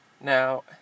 Now